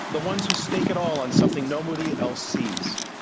the ones who stake it all on something nobody else sees.